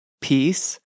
peace